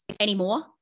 anymore